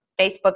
Facebook